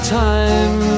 time